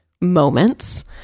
moments